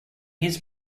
his